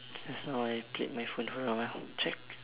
just now I played my phone for a while check